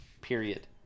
period